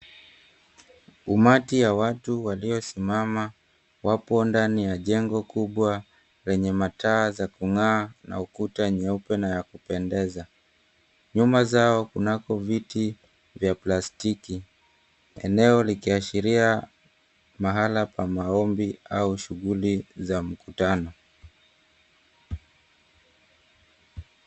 Umati ya watu waliosimama wapo ndani ya jengo kubwa yenye mataa ya kung'aa na ukuta nyeupe na ya kupendeza. Nyuma zao kunako viti vya plastiki. Eneo likiashiria mahala pa maombi au shughuli za mkutano.